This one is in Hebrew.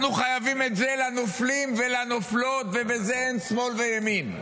אנחנו חייבים את זה לנופלים ולנופלות ובזה אין שמאל וימין.